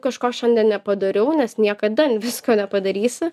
kažko šiandien nepadariau nes niekada visko nepadarysi